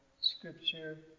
scripture